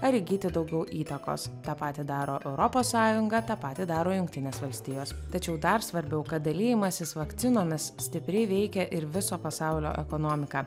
ar įgyti daugiau įtakos tą patį daro europos sąjunga tą patį daro jungtinės valstijos tačiau dar svarbiau kad dalijimasis vakcinomis stipriai veikia ir viso pasaulio ekonomiką